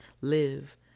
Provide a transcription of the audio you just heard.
live